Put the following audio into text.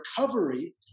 recovery